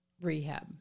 rehab